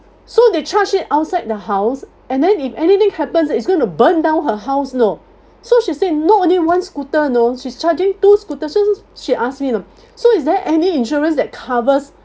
so they charge it outside the house and then if anything happens it's going to burn down her house you know so she say not only one scooter you know she's charging two scooter so she asked me you know so is there any insurance that covers